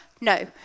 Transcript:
No